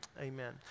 amen